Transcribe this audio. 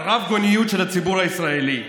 על הרב-גוניות של הציבור הישראלי.